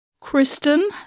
Kristen